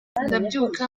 ndabyuka